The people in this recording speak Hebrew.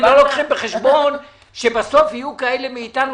אם לא לוקחים בחשבון שבסוף יהיו כאלה מאיתנו